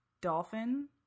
dolphin